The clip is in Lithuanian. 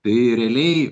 tai realiai